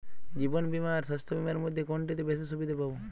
জীবন বীমা আর স্বাস্থ্য বীমার মধ্যে কোনটিতে বেশী সুবিধে পাব?